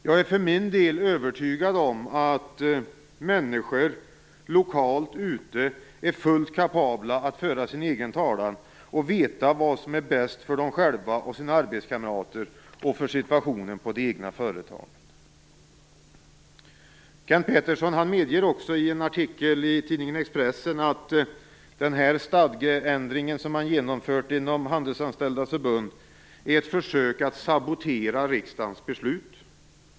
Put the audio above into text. Jag är för min del övertygad om att människor lokalt ute i landet är fullt kapabla att föra sin egen talan och veta vad som är bäst för dem själva, för arbetskamraterna och för situationen på det egna företaget. Kenth Pettersson medger också i en artikel i tidningen Expressen att den stadgeändring man har genomfört inom Handelsanställdas förbund är ett försök att sabotera riksdagens beslut.